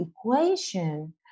equation